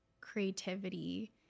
creativity